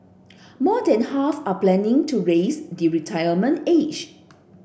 more than half are planning to raise the retirement age